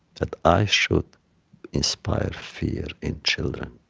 that i should inspire fear in children.